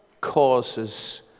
causes